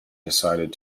decided